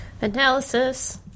Analysis